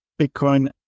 Bitcoin